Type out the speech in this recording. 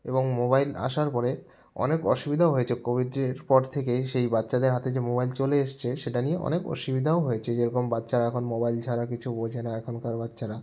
এবং মোবাইল আসার পরে অনেক অসুবিধাও হয়েছে কোভিডের পর থেকেই সেই বাচ্চাদের হাতে যে মোবাইল চলে এসেছে সেটা নিয়ে অনেক অসুবিধাও হয়েছে যেরকম বাচ্চারা এখন মোবাইল ছাড়া কিছু বোঝে না এখনকার বাচ্চারা